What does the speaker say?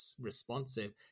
responsive